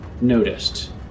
noticed